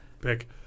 pick